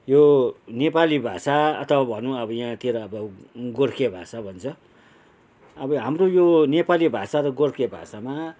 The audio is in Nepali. यो नेपाली भाषा अथवा भनौँ अब यहाँतिर अब गोर्खे भाषा भन्छ अब हाम्रो यो नेपाली भाषा र गोर्खे भाषामा